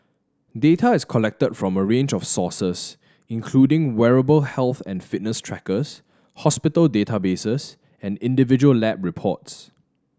data is collected from a range of sources including wearable health and fitness trackers hospital databases and individual lab reports